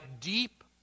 deep